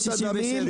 --- לשפיכות הדמים,